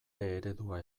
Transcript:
eredua